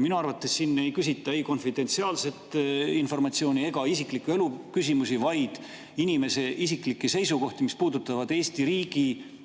Minu arvates siin ei küsita konfidentsiaalset informatsiooni ega isikliku elu kohta, vaid inimese isiklikke seisukohti, mis puudutavad Eesti riigi